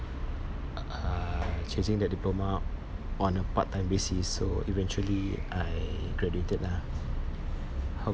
uh chasing that diploma on a part time basis so eventually I graduated lah how about you